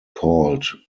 called